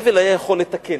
הבל היה יכול לתקן